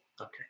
Okay